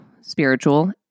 spiritual